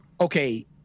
okay